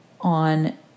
on